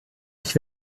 ich